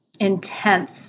intense